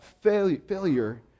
failure